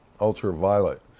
ultraviolet